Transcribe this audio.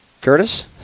curtis